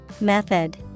Method